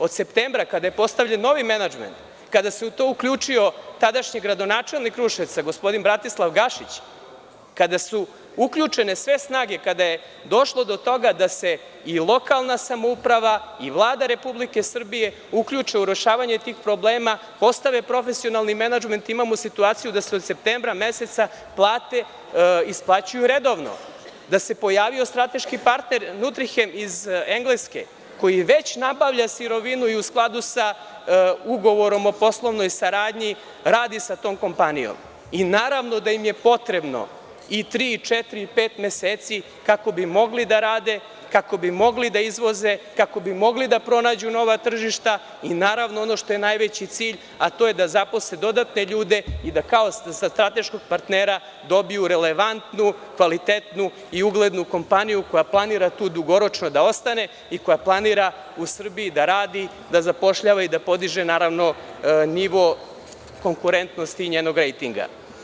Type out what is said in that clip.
Od septembra kada je postavljen novi menadžment, kada se tu uključio tadašnji gradonačelnik Kruševca Bratislav Gašić, kada su uključene sve snage, kada je došlo do toga da se i lokalna samouprava i Vlada Republike Srbije, uključe u rešavanje tih problema, postave profesionalni menadžment, imamo situaciju da se od septembra meseca plate isplaćuju redovno, da se pojavio strateški partner „Nutrihen“ iz Engleske koji već nabavlja sirovinu i u skladu sa ugovorom o poslovnoj saradnji radi sa tom kompanijom i naravno da im je potrebno i tri, četiri ili pet meseci kako bi mogli da rade, da izvoze, da pronađu nova tržišta i ono što je najveći cilj, da zaposle dodatne ljude i da dobiju relevantnu, kvalitetnu i uglednu kompaniju koja planira tu dugoročno da ostane i koja planira u Srbiji da radi i da zapošljava nivo konkurentnosti njenog rejtinga.